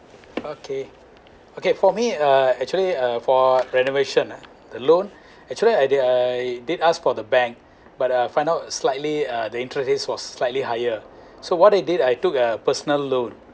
okay okay for me uh actually uh for renovation ah the loan actually I did I did ask for the bank but ah find out slightly uh the interest rate was slightly higher so what I did I took a personal loan